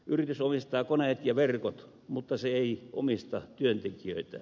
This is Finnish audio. yritys omistaa koneet ja verkot mutta se ei omista työntekijöitään